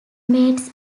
mates